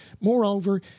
Moreover